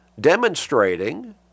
demonstrating